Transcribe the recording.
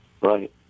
Right